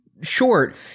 short